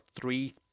three